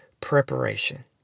preparation